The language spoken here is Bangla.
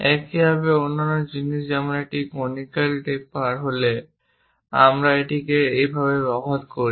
একইভাবে অন্যান্য জিনিস যেমন এটি কনিকাল টেপার হলে আমরা এটিকে এইভাবে ব্যবহার করি